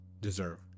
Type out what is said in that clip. deserve